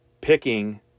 picking